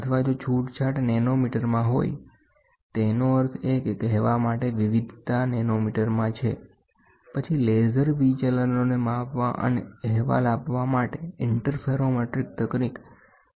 અથવાજો છૂટછાટ નેનોમીટરમાં હોય તેનો અર્થ એ કે કહેવા માટે વિવિધતા નેનોમીટરમાં છે પછી લેસર વિચલનોને માપવા અને અહેવાલ આપવા માટે ઇંટરફેરોમેટ્રિક તકનીકોનો ઉપયોગ થાય છે